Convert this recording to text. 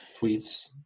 tweets